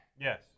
yes